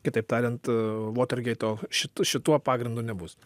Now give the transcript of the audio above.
kitaip tariant votergeito šit šituo pagrindu nebus